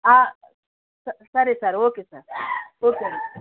సరే sir okay sir okay అండి